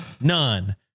None